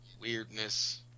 weirdness